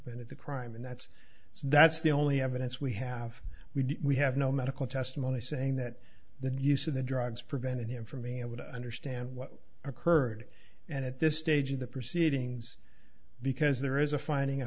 been at the crime and that's it that's the only evidence we have we have no medical testimony saying that the use of the drugs prevented him from being able to understand what occurred and at this stage of the proceedings because there is a finding